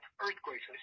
earthquakes